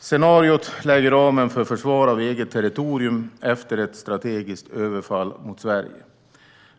Scenariot lägger ramen för försvar av eget territorium efter ett strategiskt överfall mot Sverige.